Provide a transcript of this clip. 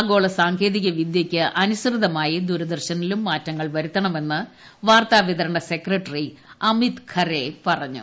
ആഗോള സാങ്കേതിക വിദ്യക്ക് അനുസൃതമായി ദൂരദർശ്രതീലും മാറ്റങ്ങൾ വരുത്തണമെന്ന് വാർത്താവിതരണ സെക്രിട്ടുറി അമിത് ഖരെ പറഞ്ഞു